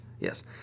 Yes